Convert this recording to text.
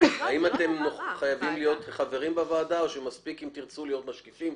האם אתם חייבים להיות חברים בוועדה או שמספיק אם תרצו להיות משקיפים?